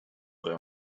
them